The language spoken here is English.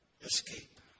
escape